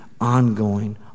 ongoing